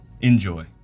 enjoy